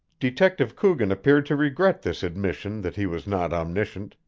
detective coogan appeared to regret this admission that he was not omniscient,